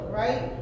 right